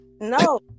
no